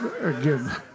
again